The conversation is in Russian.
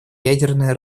ядерное